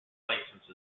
license